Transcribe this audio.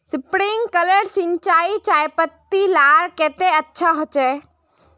Sprinkler सिंचाई चयपत्ति लार केते अच्छा होचए?